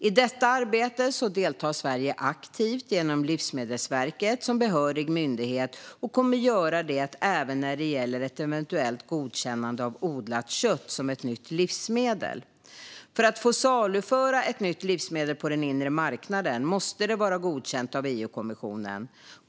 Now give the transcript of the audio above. I detta arbete deltar Sverige aktivt genom Livsmedelsverket som behörig myndighet, och det kommer vi att göra även när det gäller ett eventuellt godkännande av odlat kött som ett nytt livsmedel. För att få saluföra ett nytt livsmedel på den inre marknaden måste det vara godkänt av EU-kommissionen.